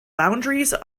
boundaries